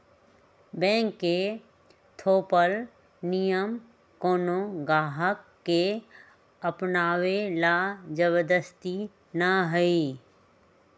bank के थोपल नियम कोनो गाहक के अपनावे ला जबरदस्ती न हई